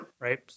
Right